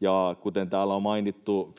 ja kuten täällä on mainittu,